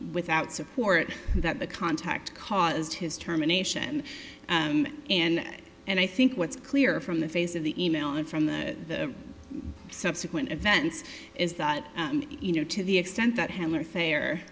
without support that the contact caused his terminations and and i think what's clear from the face of the e mail and from the subsequent events is that you know to the extent that handler